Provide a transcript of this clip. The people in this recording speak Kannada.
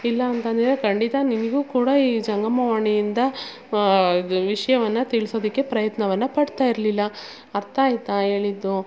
ಇಲ್ಲಾಂತಂದಿದ್ದರೆ ಖಂಡಿತ ನಿನಗೂ ಕೂಡ ಈ ಜಂಗಮವಾಣಿಯಿಂದ ವಿಷಯವನ್ನ ತಿಳ್ಸೋದಕ್ಕೆ ಪ್ರಯತ್ನವನ್ನು ಪಡ್ತಾ ಇರಲಿಲ್ಲ ಅರ್ಥ ಆಯಿತಾ ಹೇಳಿದ್ದು